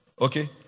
okay